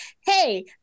hey